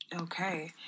Okay